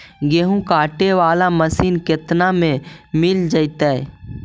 गेहूं काटे बाला मशीन केतना में मिल जइतै?